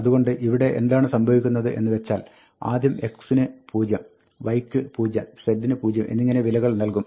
അതുകൊണ്ട് ഇവിടെ എന്താണ് സംഭവിക്കുന്നത് എന്ന് വെച്ചാൽ ആദ്യം x ന് 0 y ക്ക് 0 z ന് 0 എന്നിങ്ങനെ വിലകൾ നൽകും